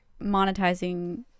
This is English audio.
monetizing